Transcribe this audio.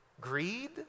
Greed